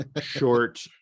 short